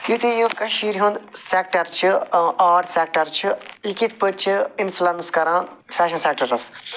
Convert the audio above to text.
یُتھٕے یہِ کٔشیٖرِ ہُنٛد سٮ۪کٹر چھِ آرٹ سٮ۪کٹر چھُ یہِ کِتھ پٲٹھۍ چھِ انفٕلنٕس کَران فٮ۪شن سٮ۪کٹرس